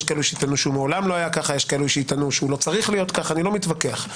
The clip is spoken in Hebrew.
יש שיטענו שלא היה כך מעולם או לא צריך להיות כך אני